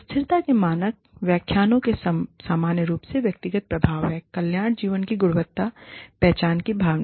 स्थिरता के मानक व्याख्याओं के सामान्य रूप से व्यक्तिगत प्रभाव हैं कल्याण जीवन की गुणवत्ता पहचान की भावना